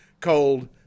Cold